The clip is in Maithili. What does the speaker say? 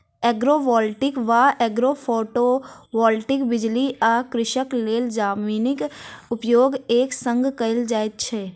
एग्रोवोल्टिक वा एग्रोफोटोवोल्टिक बिजली आ कृषिक लेल जमीनक उपयोग एक संग कयल जाइत छै